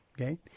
okay